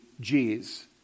G's